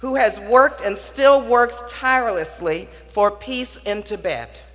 who has worked and still works tirelessly for peace into b